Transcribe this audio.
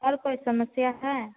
और कोई समस्या है